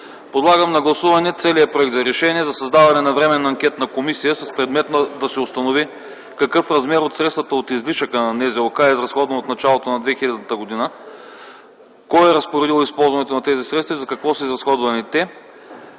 Подлагам на гласуване целият проект за Решение за създаване на временна анкетна комисия с предмет да се установи какъв размер от средствата от излишъка на НЗОК е изразходван от началото на 2000 година, кой е разпоредил използването на тези средства и за какво са изразходвани те,